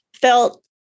felt